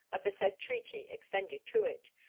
of the said treaty extended to it,